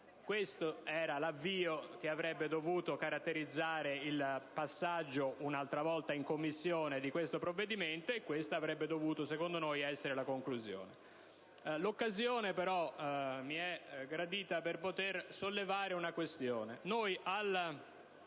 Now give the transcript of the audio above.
Questo era l'avvio che avrebbe dovuto caratterizzare il passaggio, un'altra volta, in Commissione del provvedimento, e questa avrebbe dovuto, secondo noi, essere la conclusione. Tuttavia, l'occasione mi è gradita per poter sollevare una questione.